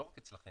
לא רק אצלכם,